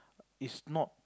is not